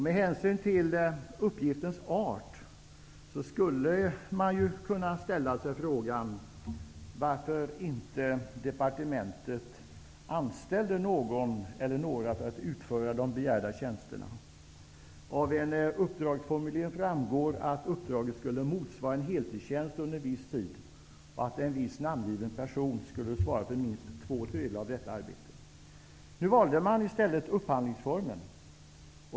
Med hänsyn till uppgiftens art skulle man kunna ställa sig frågan varför inte departementet anställde någon eller några för att utföra de begärda tjänsterna. Av en uppdragsformulering framgår att uppdraget skulle motsvara en heltidstjänst under viss tid, och att en viss namngiven person skulle svara för minst två tredjedelar av detta arbete. Nu valde man i stället upphandlingsformen.